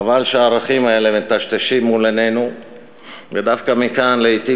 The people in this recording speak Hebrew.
חבל שהערכים האלה מיטשטשים מול עינינו ודווקא מכאן לפעמים